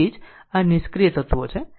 તેથી તેથી જ આ નિષ્ક્રિય તત્વો છે